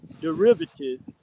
derivative